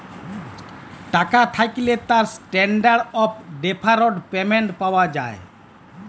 টাকা থ্যাকলে তার ইসট্যানডারড অফ ডেফারড পেমেন্ট পাওয়া যায়